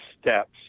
steps